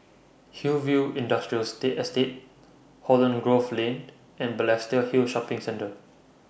Hillview Industrial State Estate Holland Grove Lane and Balestier Hill Shopping Centre